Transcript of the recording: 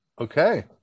Okay